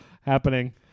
happening